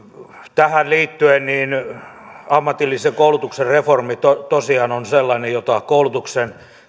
tähän liittyen ammatillisen koulutuksen reformi tosiaan on sellainen jota koulutuksen